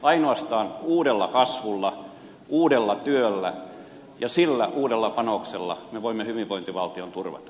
ainoastaan uudella kasvulla uudella työllä ja sillä uudella panoksella me voimme hyvinvointivaltion turvata